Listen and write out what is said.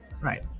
right